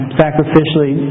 sacrificially